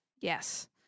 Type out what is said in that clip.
Yes